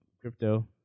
crypto